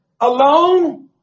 alone